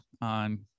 on